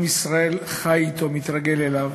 עם ישראל חי אתו, מתרגל אליו,